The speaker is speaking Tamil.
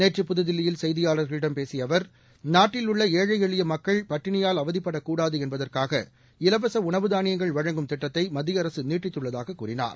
நேற்று புதுதில்லியில் செய்தியாளர்களிடம் பேசிய அவர் நாட்டில் உள்ள ஏழை எளிய மக்கள் பட்டினியால் அவதிப்படக்கூடாது என்பதற்காக இலவச உணவு தானியங்கள் வழங்கும் திட்டத்தை மத்திய அரசு நீட்டித்துள்ளதாக கூறினார்